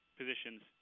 positions